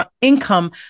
income